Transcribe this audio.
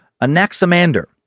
Anaximander